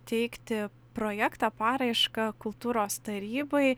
teikti projektą paraišką kultūros tarybai